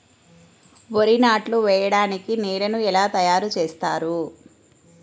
వరి నాట్లు వేయటానికి నేలను ఎలా తయారు చేస్తారు?